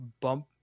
bump